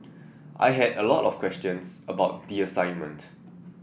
I had a lot of questions about the assignment